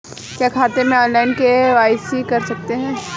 क्या खाते में ऑनलाइन के.वाई.सी कर सकते हैं?